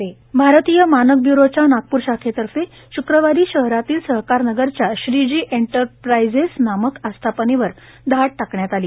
भारतीय मानक ब्युरो भारतीय मानक ब्युरोच्या नागप्र शाखेतर्फे शक्रवारी शहरातील सहकार नगरच्या श्री जी एंटरप्रेजीएस नामक आस्थापनेवर धाड टाकण्यात आली